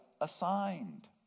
assigned